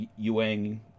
yuang